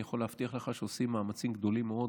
אני יכול להבטיח לך שעושים מאמצים גדולים מאוד,